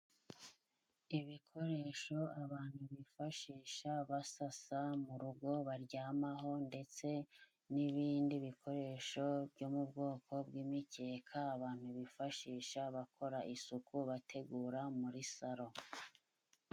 Ibikoresho abantu bifashisha basasa mu rugo baryamaho ,ndetse n'ibindi bikoresho byo mu bwoko bw'imikeka abantu bifashisha bakora isuku bategura muri saro.